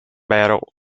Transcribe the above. battle